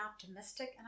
optimistic